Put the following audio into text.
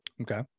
Okay